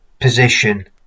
position